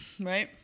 right